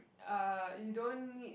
uh you don't need